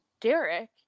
Derek